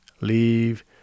Leave